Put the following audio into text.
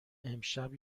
امشب